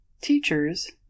teachers